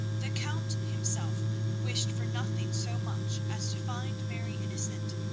the count himself wished for nothing so much as to find mary innocent.